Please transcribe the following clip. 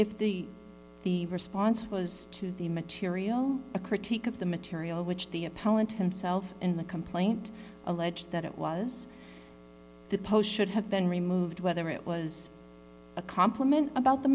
if the the response was to the material a critique of the material which the opponent himself in the complaint allege that it was the post should have been removed whether it was a compliment about the